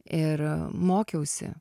ir mokiausi